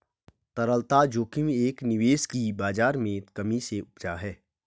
तरलता जोखिम एक निवेश की बाज़ार में कमी से उपजा है